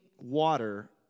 water